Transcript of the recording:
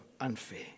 unfair